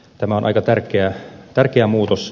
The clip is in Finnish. tämä on aika tärkeä muutos